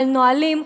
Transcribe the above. על נהלים,